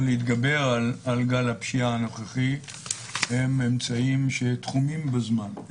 להתגבר על גל הפשיעה הנוכחי הם אמצעים שתחומים בזמן,